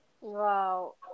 Wow